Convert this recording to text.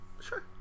Sure